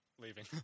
Leaving